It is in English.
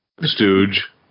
Stooge